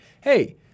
Hey